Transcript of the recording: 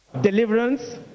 deliverance